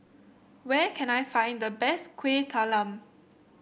where can I find the best Kuih Talam